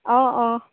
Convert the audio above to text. অঁ অঁ